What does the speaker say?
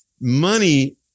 money